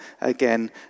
again